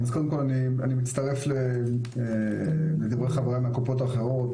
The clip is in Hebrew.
אני מצטרף לדברי חבריי מהקופות האחרות.